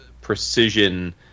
precision